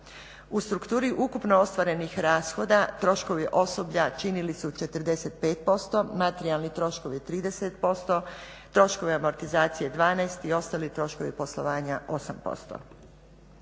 U strukturi ukupno ostvarenih rashoda troškovi osoblja činili su 45%, materijalni troškovi 30%, troškovi amortizacije 12 i ostali troškovi poslovanja 8%.